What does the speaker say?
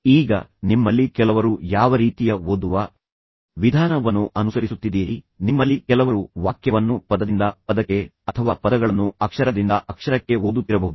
ಈಗ ನಿಮ್ಮಲ್ಲಿ ಕೆಲವರು ಯಾವ ರೀತಿಯ ಓದುವ ವಿಧಾನವನ್ನು ಅನುಸರಿಸುತ್ತಿದ್ದೀರಿ ನಿಮ್ಮಲ್ಲಿ ಕೆಲವರು ವಾಕ್ಯವನ್ನು ಪದದಿಂದ ಪದಕ್ಕೆ ಅಥವಾ ಪದಗಳನ್ನು ಅಕ್ಷರದಿಂದ ಅಕ್ಷರಕ್ಕೆ ಓದುತ್ತಿರಬಹುದು